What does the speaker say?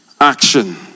action